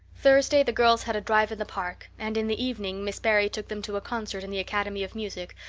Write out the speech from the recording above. thursday the girls had a drive in the park, and in the evening miss barry took them to a concert in the academy of music,